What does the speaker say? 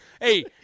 Hey